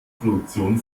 produktion